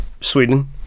Sweden